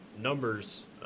numbers